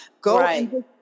go